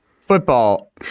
football